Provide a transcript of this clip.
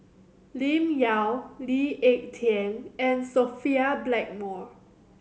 Lim Yau Lee Ek Tieng and Sophia Blackmore